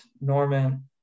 Norman